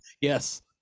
Yes